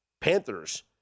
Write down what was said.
Panthers